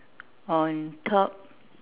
on top